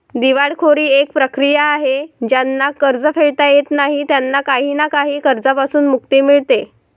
दिवाळखोरी एक प्रक्रिया आहे ज्यांना कर्ज फेडता येत नाही त्यांना काही ना काही कर्जांपासून मुक्ती मिडते